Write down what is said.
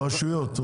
הרשויות,